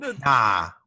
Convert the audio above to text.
Nah